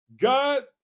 God